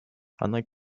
unlike